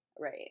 right